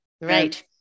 Right